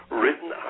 written